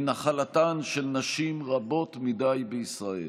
היא נחלתן של נשים רבות מדי בישראל.